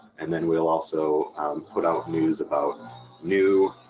and then we'll also put out news about new